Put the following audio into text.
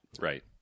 Right